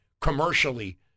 commercially